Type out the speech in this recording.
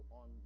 on